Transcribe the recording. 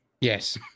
Yes